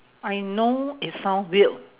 I know it sound weird